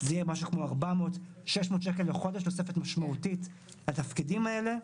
זה יהיה משהו כמו 600 שקל לחודש תוספת משמעותית לתפקידים האלה.